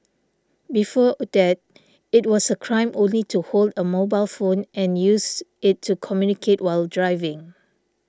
before that it was a crime only to hold a mobile phone and use it to communicate while driving